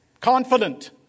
confident